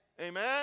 Amen